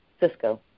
Cisco